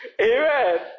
amen